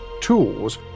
tools